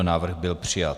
Návrh byl přijat.